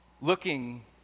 looking